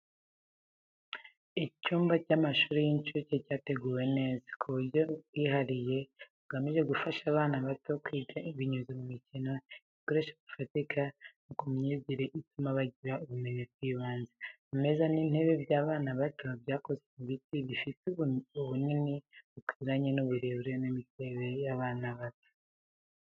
Icyumba cy’amashuri y’incuke cyateguwe neza ku buryo bwihariye bugamije gufasha abana bato kwiga binyuze mu mikino, Ibikoresho bifatika, no mu myigire ituma bagira ubumenyi bw’ibanze. Ameza n’intebe by’abana bato byakozwe mu biti, bifite ubunini bukwiranye n’uburebure n’imiterere y’abana bato.